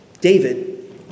David